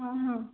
ହଁ ହଁ